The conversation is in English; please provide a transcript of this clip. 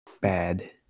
bad